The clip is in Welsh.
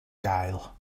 gael